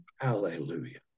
Hallelujah